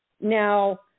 Now